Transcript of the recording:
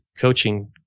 coaching